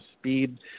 speed